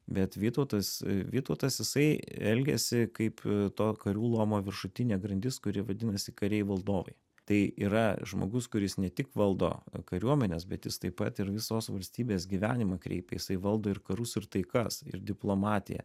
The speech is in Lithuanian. bet vytautas vytautas jisai elgėsi kaip to karių luomo viršutinė grandis kuri vadinasi kariai valdovai tai yra žmogus kuris ne tik valdo kariuomenes bet jis taip pat ir visos valstybės gyvenimą kreipė jisai valdo ir karus ir taikas ir diplomatiją